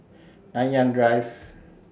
Nanyang Drive